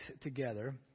together